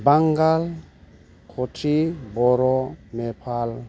बांगाल कथ्रि बर' नेपाल